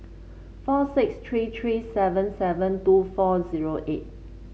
four six three three seven seven two four zero eight